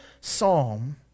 psalm